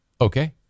Okay